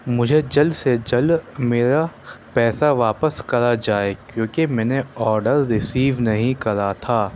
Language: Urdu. مجھے جلد سے جلد میرا پیسہ واپس کرا جائے کیونکہ میں نے آرڈر رسیو نہیں کرا تھا